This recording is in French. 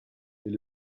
est